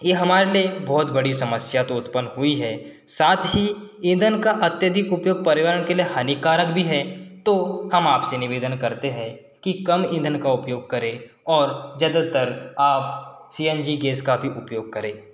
ये हमारे पर बहुत बड़ी समस्या तो उत्पन्न हुई है साथ ही ईंधन का अत्यधिक उपयोग पर्यावरण के लिए हानिकारक भी है तो हम आप से निवेदन करते हैं कि कम ईंधन का उपयोग करें और ज़्यादातर आप सी एन जी गैस का भी उपयोग करें